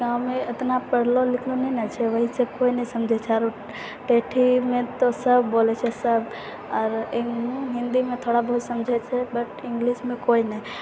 गाँवमे ओतना पढ़लऽ लिखलऽ तऽ नहि ने छै ओहिसँ कोइ नहि समझै छै आओर ठेठीमे तऽ सब बोलै छै सब आर हिन्दीमे थोड़ा बहुत समझै छै सब बट इंग्लिशमे कोइ नहि